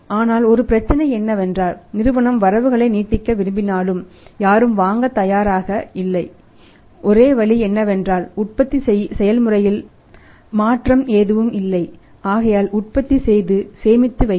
ஆனால் ஒரு பிரச்சனை என்னவென்றால் நிறுவனம் வரவுகளை நீட்டிக்க விரும்பினாலும் யாரும் வாங்க தயாராக இல்லை ஒரே வழி என்னவென்றால் உற்பத்தி செயல்முறையில் மாற்றம் எதுவும் இல்லை ஆகையால் உற்பத்தி செய்து சேமித்து வைக்கவும்